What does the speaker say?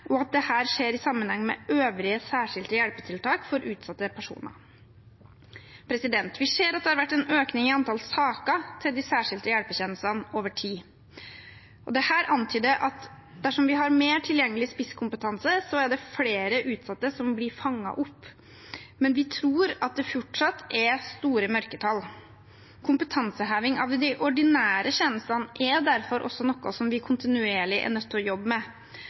og at dette skjer i sammenheng med øvrige særskilte hjelpetiltak for utsatte personer. Vi ser at det har vært en økning i antall saker til de særskilte hjelpetjenestene over tid. Dette antyder at dersom vi har mer tilgjengelig spisskompetanse, blir flere utsatte fanget opp, men vi tror det fortsatt er store mørketall. Kompetanseheving av de ordinære tjenestene er derfor også noe vi kontinuerlig må jobbe med. Kompetanseheving er